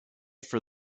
for